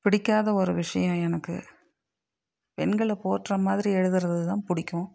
பிடிக்காத ஒரு விஷயம் எனக்கு பெண்களை போற்ற மாதிரி எழுதுகிறது தான் பிடிக்கும்